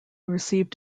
received